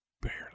barely